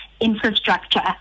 infrastructure